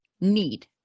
Need